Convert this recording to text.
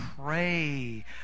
pray